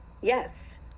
yes